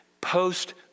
Post